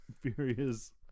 furious